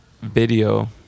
video